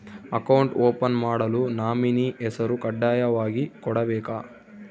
Account open ಮಾಡಲು nominee ಹೆಸರು ಕಡ್ಡಾಯವಾಗಿ ಕೊಡಬೇಕಾ?